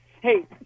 Hey